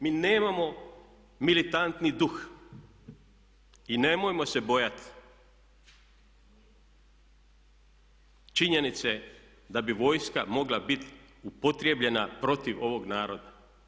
Mi nemamo militantni duh i nemojmo se bojati činjenice da bi vojska mogla biti upotrjebljena protiv ovog naroda.